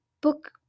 book